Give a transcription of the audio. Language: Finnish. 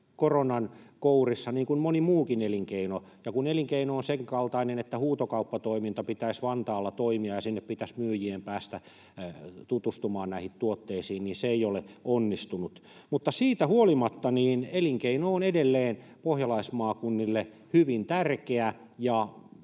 koronan kourissa, niin kuin moni muukin elinkeino, ja kun elinkeino on sen kaltainen, että huutokauppatoiminnan pitäisi Vantaalla toimia ja sinne pitäisi myyjien päästä tutustumaan tuotteisiin, niin se ei ole onnistunut, mutta siitä huolimatta elinkeino on edelleen pohjalaismaakunnille hyvin tärkeä.